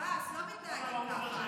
עבאס, לא מתנהגים ככה.